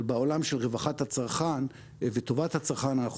אבל בעולם של רווחת הצרכן וטובת הצרכן אנחנו